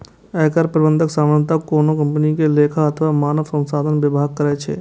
एकर प्रबंधन सामान्यतः कोनो कंपनी के लेखा अथवा मानव संसाधन विभाग करै छै